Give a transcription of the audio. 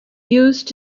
used